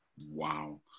wow